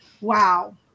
wow